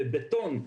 בבטון,